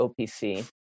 opc